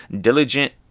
diligent